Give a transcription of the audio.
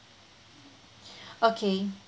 okay